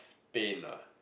Spain lah